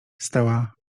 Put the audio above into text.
stała